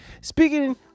Speaking